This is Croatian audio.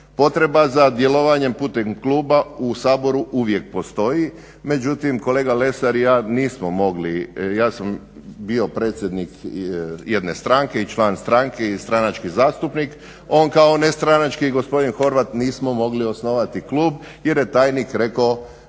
Potreba za djelovanjem putem kluba u Saboru uvijek postoji, međutim kolega Lesar i ja nismo mogli, ja sam bio predsjednik jedne stranke i član stranke i stranački zastupnik, on kao nestranački i gospodin Horvat nismo mogli osnovati klub jer je tajnik rekao